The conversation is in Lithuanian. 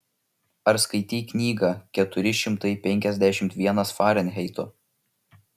ar skaitei knygą keturi šimtai penkiasdešimt vienas farenheito